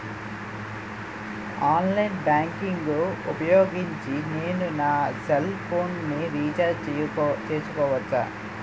Online banking ఊపోయోగించి నేను నా సెల్ ఫోను ని రీఛార్జ్ చేసుకోవచ్చా?